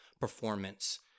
performance